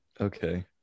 okay